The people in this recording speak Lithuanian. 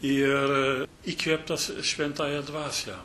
ir įkvėptas šventąja dvasia